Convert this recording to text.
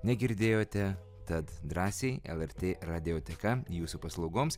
negirdėjote tad drąsiai lrt radioteka jūsų paslaugoms